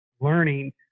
learning